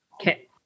Okay